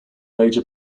major